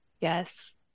Yes